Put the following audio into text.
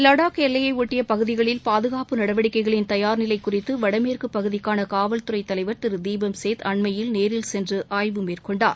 லடாக்எல்லையை ஒட்டிய பகுதிகளில் பாதுகாப்பு நடவடிக்கைகளின் தயார் நிலை குறித்து வடமேற்கு பகுதிக்கான காவல்துறை தலைவர் திரு தீபம் சேத் அண்மையில் நேரில் சென்று ஆய்வு மேற்கொண்டார்